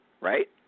right